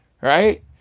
Right